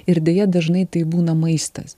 ir deja dažnai tai būna maistas